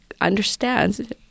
understands